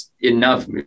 enough